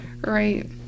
Right